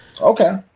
Okay